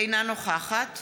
אינה נוכחת